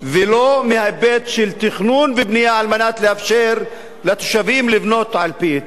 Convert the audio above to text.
ולא מההיבט של תכנון ובנייה על מנת לאפשר לתושבים לבנות על-פי היתר.